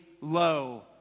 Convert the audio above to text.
low